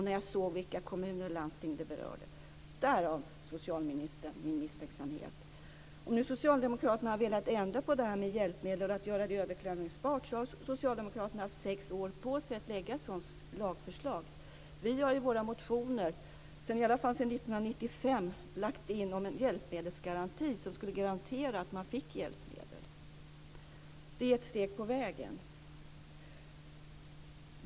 När jag såg vilka kommuner och landsting som var berörda kom, socialministern, min misstänksamhet. Om Socialdemokraterna har velat ändra och göra frågan om hjälpmedel överklagningsbar har socialdemokraterna haft sex år på sig att lägga fram ett sådant lagförslag. Vi har sedan 1995 föreslagit i våra motioner en hjälpmedelsgaranti som skulle garantera hjälpmedel. Det är ett steg på vägen.